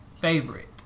favorite